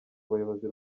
buyobozi